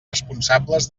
responsables